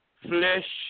flesh